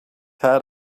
had